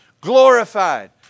Glorified